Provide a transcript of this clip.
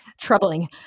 troubling